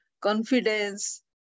confidence